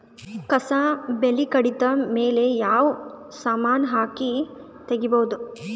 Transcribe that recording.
ಕಸಾ ಬೇಲಿ ಕಡಿತ ಮೇಲೆ ಯಾವ ಸಮಾನ ಹಾಕಿ ತಗಿಬೊದ?